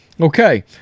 Okay